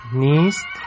nist